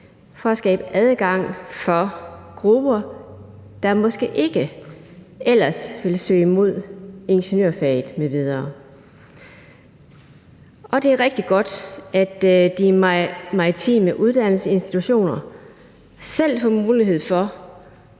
for at skabe adgang for grupper, der måske ikke ellers ville søge mod ingeniørfaget m.v., og det er rigtig godt, at de maritime uddannelsesinstitutioner selv får mulighed for